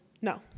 no